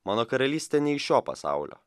mano karalystė ne iš šio pasaulio